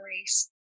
race